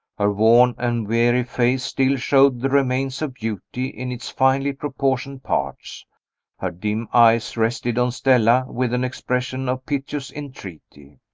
her worn and weary face still showed the remains of beauty in its finely proportioned parts her dim eyes rested on stella with an expression of piteous entreaty.